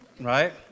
right